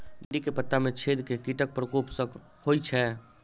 भिन्डी केँ पत्ता मे छेद केँ कीटक प्रकोप सऽ होइ छै?